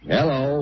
Hello